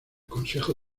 consejo